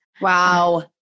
Wow